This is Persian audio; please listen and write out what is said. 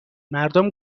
مردم